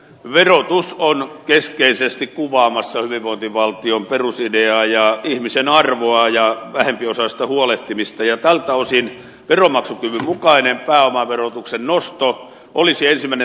verotus on keskeisesti kuvaamassa hyvinvointivaltion perusideaa ja ihmisen arvoa ja vähempiosaisista huolehtimista ja tältä osin veronmaksukyvyn mukainen pääomaverotuksen nosto olisi ensimmäinen tapa tässä edetä